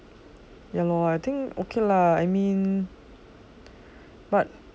ya lor I think okay lah I mean but